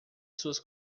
suas